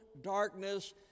darkness